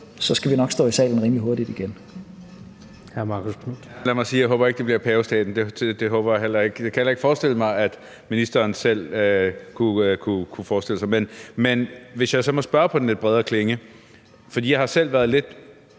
nok skal stå i salen rimelig hurtigt igen.